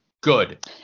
Good